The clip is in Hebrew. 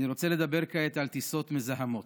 אני רוצה לדבר כעת על טיסות מזהמות.